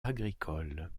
agricole